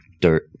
dirt